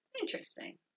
Interesting